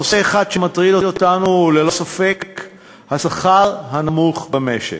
נושא אחר שמטריד אותנו הוא ללא ספק השכר הנמוך במשק.